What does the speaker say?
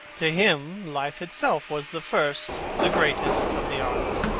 to him life itself was the first, the greatest, of the arts,